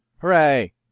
Hooray